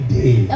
day